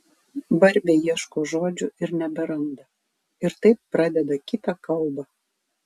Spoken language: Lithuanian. barbė ieško žodžių ir neberanda ir taip pradeda kitą kalbą